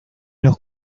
los